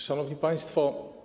Szanowni Państwo!